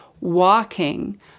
walking